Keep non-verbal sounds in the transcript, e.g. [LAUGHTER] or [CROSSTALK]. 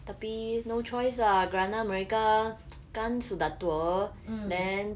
tapi no choice lah kerana mereka [NOISE] kan sudah tua then